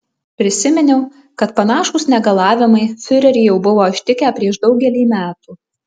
prisiminiau kad panašūs negalavimai fiurerį jau buvo ištikę prieš daugelį metų